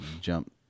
jump